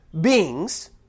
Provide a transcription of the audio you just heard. beings